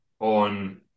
on